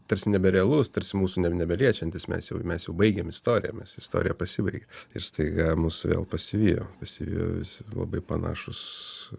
tarsi nebe realus tarsi mūsų ne nebe liečiantis mes jau mes jau baigėm istoriją nes istorija pasibaigė ir staiga mus vėl pasivijo pasivijo visi labai panašūs